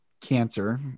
cancer